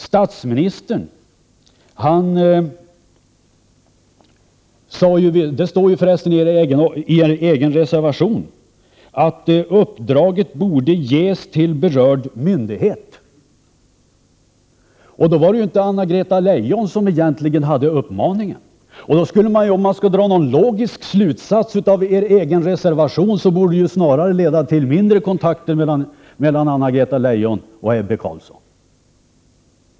Statsministern sade — och det står för resten i er egen reservation — att uppdraget borde ges till berörd myndighet. Det var alltså egentligen inte ett uppdrag till Anna-Greta Leijon. Om man skulle dra någon logisk slutsats av uppgifterna i er egen reservation borde det snarare vara att statsministerns uttalande skulle leda till mindre av kontakter mellan Anna-Greta Leijon och Ebbe Carlsson.